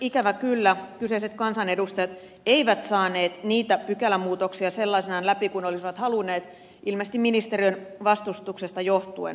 ikävä kyllä kyseiset kansanedustajat eivät saaneet niitä pykälämuutoksia sellaisenaan läpi kuin olisivat halunneet ilmeisesti ministeriön vastustuksesta johtuen